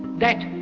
that